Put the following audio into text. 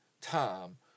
time